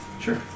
Sure